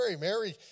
Mary